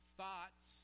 thoughts